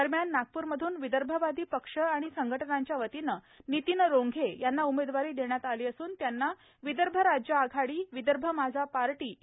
दरम्यान नागप्रमधून विदर्भवादी पक्ष आणि संघटनांच्यावतीनं नितीन रोंघे यांना उमेदवारी देण्यात आली असून त्यांना विदर्भ राज्य आघाडी विदर्भ माझा पार्टी इ